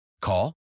Call